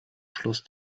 schluss